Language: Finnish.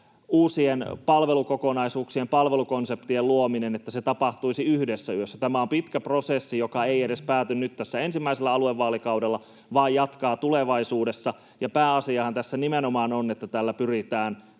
uusien palvelukokonaisuuksien, palvelukonseptien luominen, tapahtuisi yhdessä yössä. Tämä on pitkä prosessi, joka ei edes pääty nyt tässä ensimmäisellä aluevaalikaudella, vaan jatkaa tulevaisuudessa, ja pääasiahan tässä nimenomaan